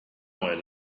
oil